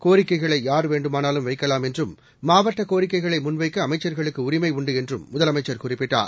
கோரிக்கைகளை யார் வேண்டுமானாலும் வைக்கலாம் என்றும் மாவட்ட கோரிக்கைகளை முன்வைக்க அமைச்சள்களுக்கு உரிமை உண்டு என்றும் முதலமைச்சள் குறிப்பிட்டார்